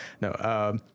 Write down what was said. no